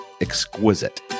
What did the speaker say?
Exquisite